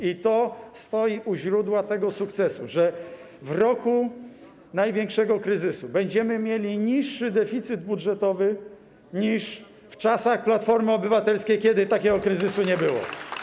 I to stoi u źródła tego sukcesu, że w roku największego kryzysu będziemy mieli niższy deficyt budżetowy niż w czasach Platformy Obywatelskiej, kiedy takiego kryzysu nie było.